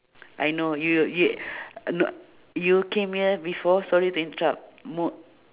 I know y~ y~ you no~ you came here before sorry to interrupt mo~